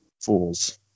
Fools